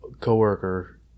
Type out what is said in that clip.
coworker